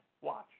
Watch